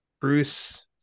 Bruce